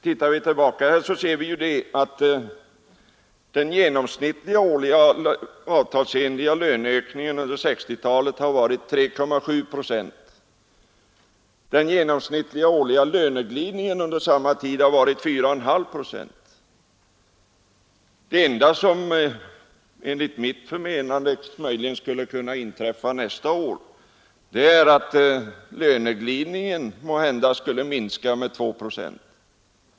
Tittar vi tillbaka, finner vi att den genomsnittliga årliga avtalsenliga löneökningen under 1960-talet varit 3,7 procent, medan den genomsnittliga årliga löneglidningen under samma tid uppgått till 4,5 procent. Det enda som enligt mitt förmenande möjligen skulle kunna inträffa nästa år är att löneglidningen skulle minska med 2 procent.